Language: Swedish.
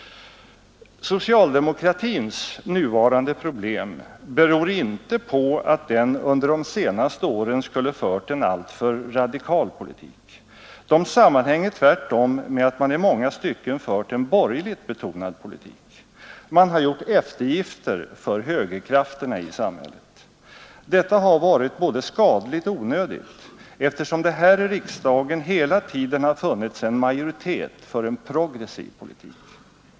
Socialdemokratins nuvarande problem beror inte på att den under de senaste åren skulle ha fört en alltför radikal politik. De sammanhänger tvärtom med att man i många stycken har fört en borgerligt betonad politik. Man har gjort eftergifter för högerkrafterna i samhället. Detta har varit både skadligt och onödigt, eftersom det här i riksdagen hela tiden har funnits en majoritet för en progressiv politik.